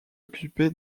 occupé